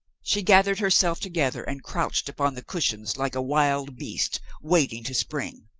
she gathered herself together and crouched upon the cushions like a wild beast waiting to spring.